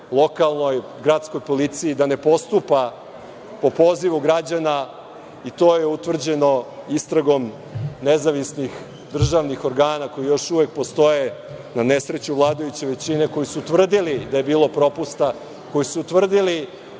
lokalnoj, gradskoj policiji da ne postupa po pozivu građana i to je utvrđeno istragom nezavisnih državnih organa koji još uvek postoje na nesreću vladajuće većine, koji su tvrdili da je bilo propusta, koji su tvrdili da